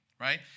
Right